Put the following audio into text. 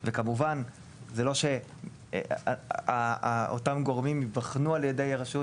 וכמובן זה לא שאותם גורמים ייבחנו על ידי הרשות,